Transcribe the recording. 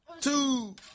two